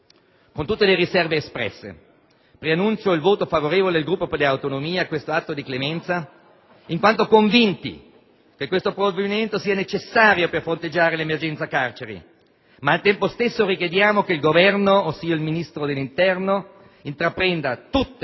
Con tutte le riserve espresse, preannuncio il voto favorevole del Gruppo Per le Autonomie a questo atto di clemenza, in quanto convinti che questo provvedimento sia necessario per fronteggiare l'emergenza delle carceri, ma al tempo stesso richiediamo che il Governo, ossia il Ministro dell'interno, intraprenda tutte